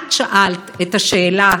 את שאלת את השאלה: